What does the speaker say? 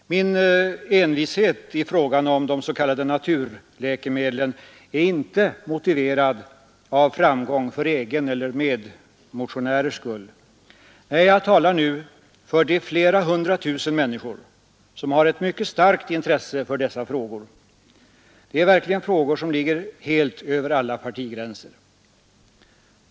Min envishet i frågan om de s.k. naturläkemedlen är inte motiverad av önskan om framgång för egen eller medmotionärers skull. Nej, jag talar nu för de flera hundra tusen människor som har ett mycket starkt intresse för dessa frågor. Detta är verkligen frågor som ligger helt över alla partigränser.